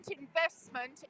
investment